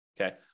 okay